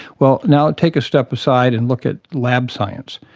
well, now take a step aside and look at lab science.